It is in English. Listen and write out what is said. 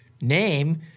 name